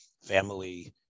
family